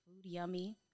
Yummy